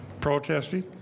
protesting